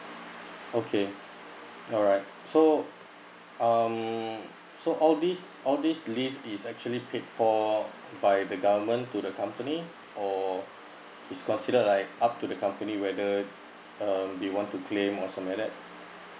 okay alright so um so all these all these leave is actually paid for by the government to the company or it's considered like up to the company whether uh we want to claim or some like that